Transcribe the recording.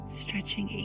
stretching